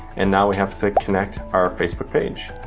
and now we have to connect our facebook page.